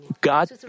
God